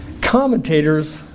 commentators